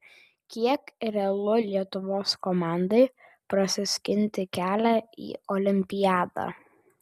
kiek realu lietuvos komandai prasiskinti kelią į olimpiadą